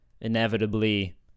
inevitably